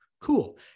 Cool